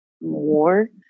more